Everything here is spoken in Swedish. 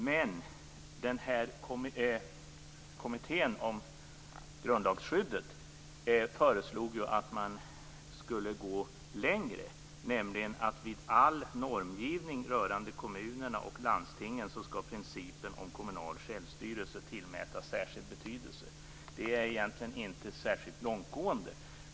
Men kommittén om grundlagsskyddet föreslog att man skulle gå längre, nämligen att principen om kommunalt självstyrelse skall tillmätas särskild betydelse vid all normgivning rörande kommuner och landsting. Det är egentligen inte särskilt långtgående.